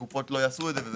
הקופות לא יעשו את זה.